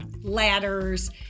ladders